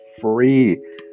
free